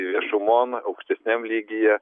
viešumon aukštesniam lygyje